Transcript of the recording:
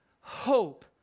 hope